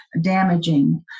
damaging